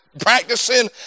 practicing